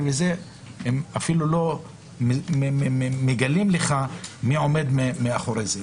הם אפילו לא מגלים לך מי עומד מאחורי זה.